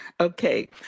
Okay